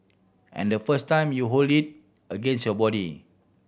and the first time you hold it against your body